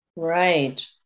Right